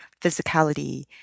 physicality